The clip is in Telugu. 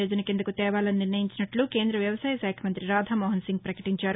యోజన కీందకు తేవాలని నిర్ణయించినట్లు కేంద్ర వ్యవసాయ శాఖ మంతి రాధా మోహన్సింగ్ పకటించారు